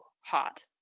hot